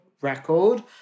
record